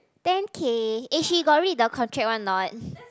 ten K eh she got read the contract one not